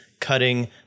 cutting